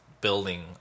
building